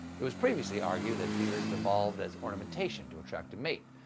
it was previously argued that beards evolved as ornamentation to attract a mate.